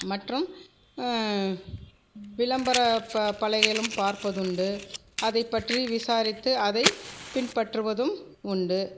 மற்றும் விளம்பர ப பலகையிலும் பார்ப்பதுண்டு அதை பற்றி விசாரித்து அதை பின்பற்றுவதும் உண்டு